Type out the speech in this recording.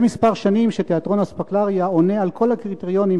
זה כמה שנים שתיאטרון "אספקלריא" עונה על כל הקריטריונים